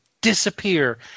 disappear